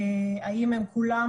האם הם כולם